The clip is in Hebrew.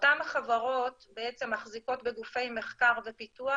אותן החברות בעצם מחזיקות בגופי מחקר ופיתוח